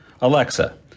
Alexa